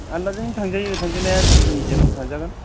आलदाजों थांजायो थांजानाया बिजिनी जों थांजागोन